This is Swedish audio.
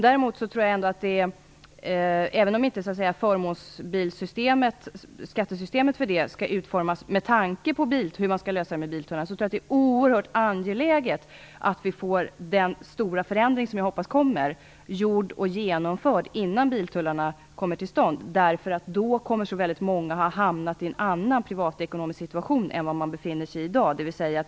Även om inte skattesystemet för förmånsbilar skall utformas med tanke på hur man skall lösa frågan om biltullar, tror jag att det är oerhört angeläget att få den stora förändring som jag hoppas kommer genomförd innan biltullarna kommer till stånd. Då kommer många att ha hamnat i en annan privatekonomisk situation än den som de i dag befinner sig i.